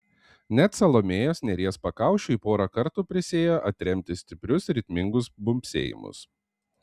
net salomėjos nėries pakaušiui porą kartų prisiėjo atremti stiprius ritmingus bumbsėjimus